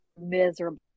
miserable